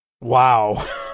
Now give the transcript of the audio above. Wow